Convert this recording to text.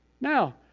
Now